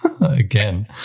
Again